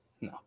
no